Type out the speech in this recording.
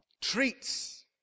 treats